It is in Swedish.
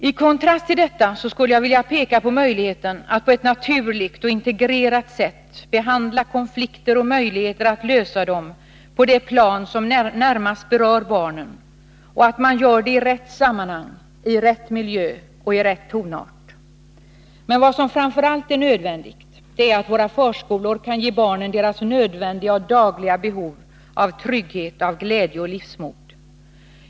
I kontrast till detta skulle jag vilja peka på möjligheten att på ett naturligt och integrerat sätt behandla konflikter och möjligheter att lösa dem på det plan som närmast berör barnen och att man gör det i rätt sammanhang, i rätt miljö och i rätt tonart. Men vad som framför allt är nödvändigt är att våra förskolor kan ge barnen deras nödvändiga och dagliga behov av trygghet, glädje och livsmod.